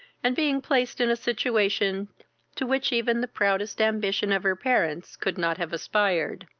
and being placed in a situation to which even the proudest ambition of her parents could not have aspired.